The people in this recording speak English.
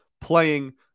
playing